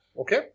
Okay